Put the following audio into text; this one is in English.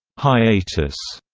hiatus,